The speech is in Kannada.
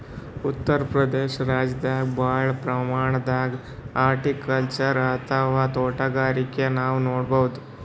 ಉತ್ತರ್ ಪ್ರದೇಶ ರಾಜ್ಯದಾಗ್ ಭಾಳ್ ಪ್ರಮಾಣದಾಗ್ ಹಾರ್ಟಿಕಲ್ಚರ್ ಅಥವಾ ತೋಟಗಾರಿಕೆ ನಾವ್ ನೋಡ್ಬಹುದ್